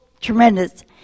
tremendous